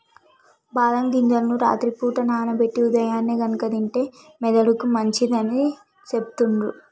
బాదం గింజలను రాత్రి పూట నానబెట్టి ఉదయాన్నే గనుక తింటే మెదడుకి మంచిదని సెపుతుండ్రు